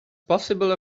possible